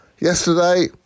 Yesterday